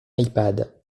ipad